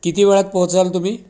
किती वेळात पोहोचाल तुम्ही